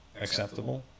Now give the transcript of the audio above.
acceptable